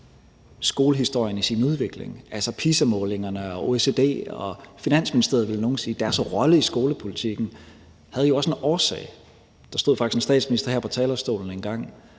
skolehistorien i sin udvikling. Altså, nogle vil sige, at PISA-målingerne, OECD og Finansministeriets rolle i skolepolitikken jo også havde en årsag. Der stod faktisk en statsminister her på talerstolen engang